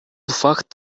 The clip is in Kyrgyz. факт